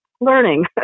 learning